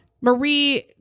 Marie